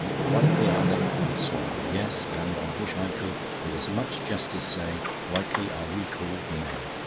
rightly are they called swine yes. and i wish i could, with as much justice, say, rightly are we called men